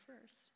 first